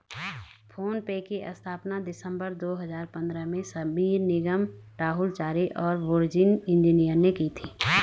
phone पे की स्थापना दिसंबर दो हजार पन्द्रह में समीर निगम, राहुल चारी और बुर्जिन इंजीनियर ने की थी